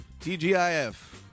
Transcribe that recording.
TGIF